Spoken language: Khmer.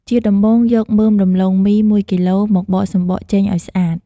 ជាដំបូងយកមើមដំឡូងមី១គីឡូ មកបកសំបកចេញឲ្យស្អាត ។